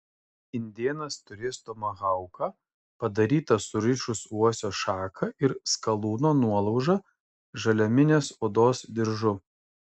indėnas turės tomahauką padarytą surišus uosio šaką ir skalūno nuolaužą žaliaminės odos diržu